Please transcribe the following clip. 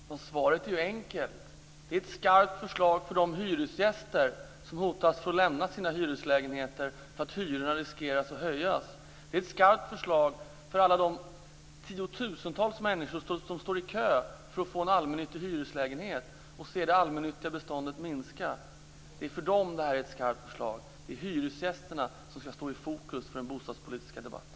Fru talman! Svaret är enkelt. Det är ett skarpt förslag för de hyresgäster som riskerar att få lämna sina hyreslägenheter därför att hyrorna kan komma att höjas. Det är ett skarpt förslag för alla de tiotusentals människor som står i kö för att få en allmännyttig hyreslägenhet och ser det allmännyttiga beståndet minska. Det är för dem det här är ett skarpt förslag. Det är hyresgästerna som skall stå i fokus för den bostadspolitiska debatten.